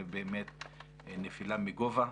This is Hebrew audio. זה נפילה מגובה.